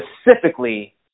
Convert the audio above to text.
specifically